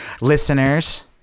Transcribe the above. listeners